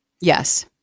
Yes